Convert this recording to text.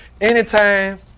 Anytime